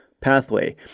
pathway